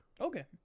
Okay